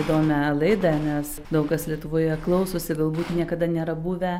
įdomią laidą nes daug kas lietuvoje klausosi galbūt niekada nėra buvę